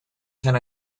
ten